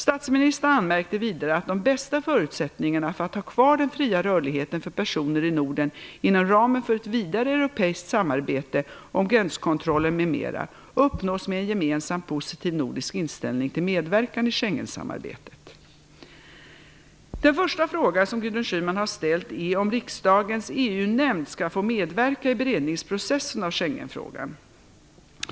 Statsministrarna anmärkte vidare att de bästa förutsättningarna för att ha kvar den fria rörligheten för personer i Norden inom ramen för ett vidare europeiskt samarbete om gränskontroller m.m. uppnås med en gemensam positiv nordisk inställning till medverkan i Schengensamarbetet. Den första fråga som Gudrun Schyman har ställt är om riksdagens EU-nämnd skall få medverka i beredningsprocessen av Schengenfrågan.